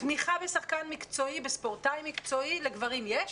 תמיכה בשחקן מקצועי, בספורטאי מקצועי: לגברים יש,